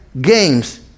games